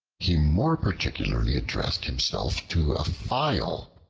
he more particularly addressed himself to a file,